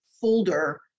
folder